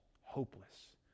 hopeless